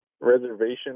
reservation